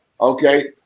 Okay